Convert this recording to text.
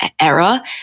era